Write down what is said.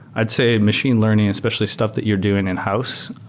i'd say machine learning, especially stuff that you're doing in-house.